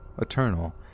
Eternal